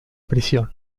prisión